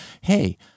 hey